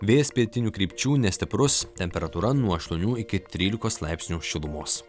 vėjas pietinių krypčių nestiprus temperatūra nuo aštuonių iki trylikos laipsnių šilumos